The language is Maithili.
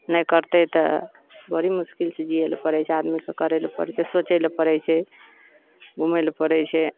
नहि करतै तऽ बड़ी मुश्किलसँ जीयै लए पड़ै छै आदमीके करै लए पड़ै छै सोचै लए पड़ै छै घुमै लए पड़ै छै